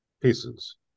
pieces